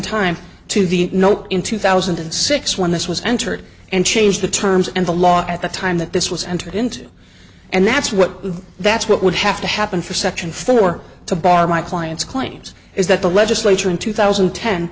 time to the note in two thousand and six when this was entered and changed the terms and the law at the time that this was entered into and that's what that's what would have to happen for section four to bar my client's claims is that the legislature in two thousand